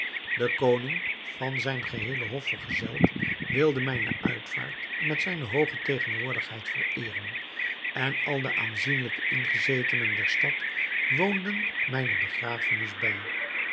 de koning van zijn geheele hof vergezeld wilde mijne uitvaart met zijne hooge tegenwoordigheid vereeren en al de aanzienlijke ingezetenen der stad woonden mijne begrafenis bij